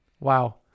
Wow